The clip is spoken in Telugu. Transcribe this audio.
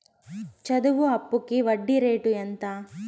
చదువు అప్పుకి వడ్డీ రేటు ఎంత?